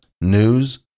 news